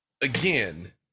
again